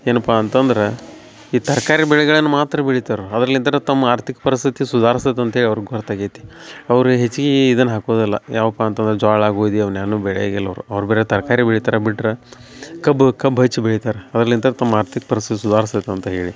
ಏನಪ್ಪಾ ಅಂತಂದ್ರ ಈ ತರಕಾರಿ ಬೆಳೆಗಳನ್ನು ಮಾತ್ರ ಬೆಳಿತಾರೆ ಅವ್ರ ಅದ್ರಲ್ಲಿದ್ರ ತಮ್ಮ ಆರ್ಥಿಕ ಪರಿಸ್ಥಿತಿ ಸುಧಾರ್ಸ್ತೈತಿ ಅಂತೇಳಿ ಅವ್ರಗೆ ಗೊರ್ತಾಗೈತಿ ಅವರು ಹೆಚ್ಚಿಗಿ ಇದನ್ನ ಹಾಕೋದಿಲ್ಲ ಯಾವಪ್ಪ ಅಂತಂದ್ರ ಜ್ವಾಳ ಗೋದಿ ಅವ್ನ್ ಯಾವ್ನು ಬೆಳಿಯಗಿಲ್ಲ ಅವರು ಅವ್ರ ಬರೆ ತರಕಾರಿ ಬೆಳಿತಾರೆ ಬಿಟ್ರ ಕಬ್ಬು ಕಬ್ಬು ಹೆಚ್ ಬೆಳಿತಾರೆ ಅದರ್ಲಿಂತ ತಮ್ಮ ಆರ್ಥಿಕ ಪರಿಸ್ಥಿತಿ ಸುಧಾರ್ಸ್ತೈತಿ ಅಂತ ಹೇಳಿ